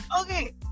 okay